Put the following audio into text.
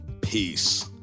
Peace